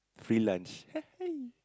freelance